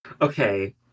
Okay